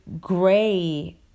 gray